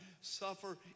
suffer